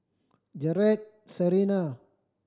Jaret Serina